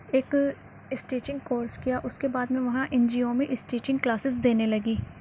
ایک stitching course کیا اس کے بعد میں وہاں این جی او میں اسٹیچنگ کلاسیز دینے لگی